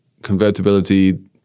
convertibility